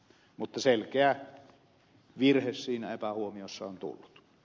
mutta selkeä virhe siinä epähuomiossa on tullut